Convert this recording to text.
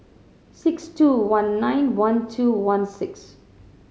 six two one nine one two one six